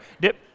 dip